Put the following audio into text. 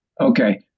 Okay